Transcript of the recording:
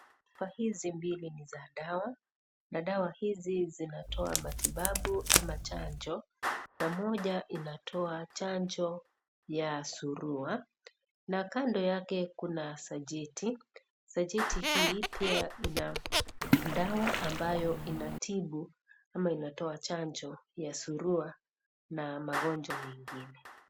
Chuba hizi mbili ni za dawa, na dawa hizi zinatoa matibabu ama chanjo na moja inatoa chanjo ya zurua na kando yake kuna zajeti, zajeti hii pia ina dawa ambayo inatibu ama inatoa chanjo ya zurua na magonjwa mengine.